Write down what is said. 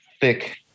thick